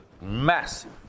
massive